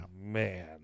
man